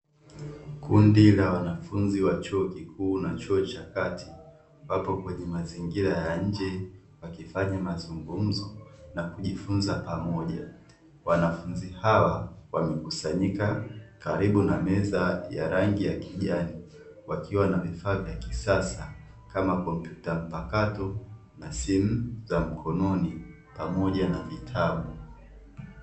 Kundi la wanafunzi wa chuo kikuu na chuo cha kati, ambapo kwenye mazingira ya nje wakifanya mazungumzo na kujifunza pamoja, wanafunzi hawa wamekusanyika karibu na meza ya rangi ya kijani wakiwa na vifaa vya kisasa kama kompyuta mpakato na simu za mkononi, pamoja na vitabu.